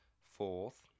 Fourth